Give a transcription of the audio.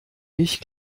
ich